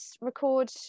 record